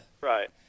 Right